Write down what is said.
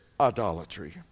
Idolatry